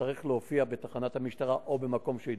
להופיע בתחנת המשטרה או במקום שהוא יידרש,